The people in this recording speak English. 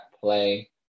play